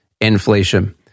inflation